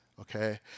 okay